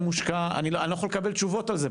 אני לא יכול לקבל תשובות על זה,